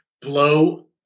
blow